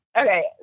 Okay